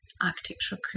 architectural